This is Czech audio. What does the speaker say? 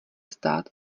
stát